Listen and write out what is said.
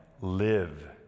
live